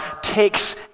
takes